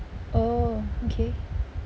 oh okay